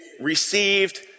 received